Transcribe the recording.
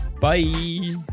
bye